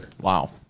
Wow